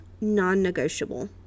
non-negotiable